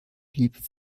blieb